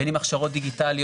בין אם הכשרות דיגיטליות,